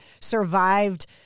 survived